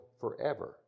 forever